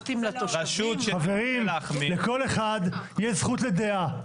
חברים, לכל אחד יש זכות לדעה.